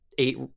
eight